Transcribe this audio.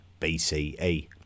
BCE